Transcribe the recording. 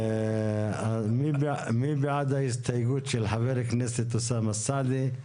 אז נעלה להצבעה את ההסתייגות של חה"כ אוסאמה סעדי.